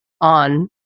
on